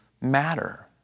matter